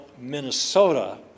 Minnesota